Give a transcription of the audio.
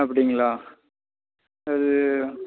அப்படிங்களா அது